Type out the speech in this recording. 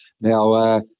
Now